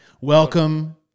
Welcome